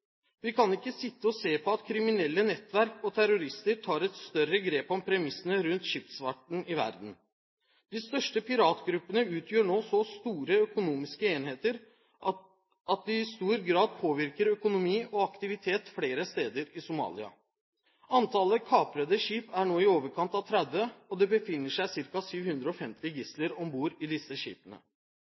Vi kan ikke sitte og se på at kriminelle nettverk og terrorister tar et større grep om premissene rundt skipsfarten i verden. De største piratgruppene utgjør nå så store økonomiske enheter at det i stor grad påvirker økonomi og aktivitet flere steder i Somalia. Antallet kaprede skip er nå i overkant av 30, og det befinner seg ca. 750 gisler om bord i disse skipene.